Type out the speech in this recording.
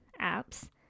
apps